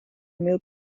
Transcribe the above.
mil